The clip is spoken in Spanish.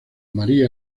maría